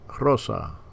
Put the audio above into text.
Rosa